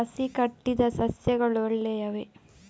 ಕಸಿ ಕಟ್ಟಿದ ಸಸ್ಯಗಳು ಒಳ್ಳೆಯವೇ?